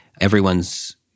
Everyone's